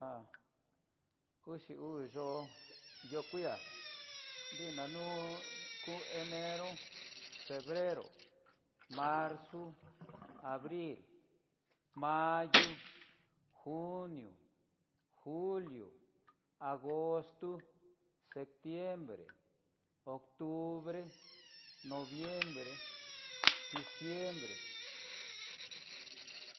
Há uxi uu yo'ó yo kuiá iná nu ku enero, febrero, marzo, abril, mayo, junio, julio, agosto, septiembre, octubre, noviembre diciembre.